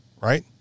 Right